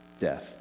Death